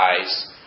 eyes